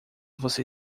você